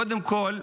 קודם כול,